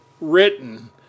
written